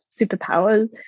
superpowers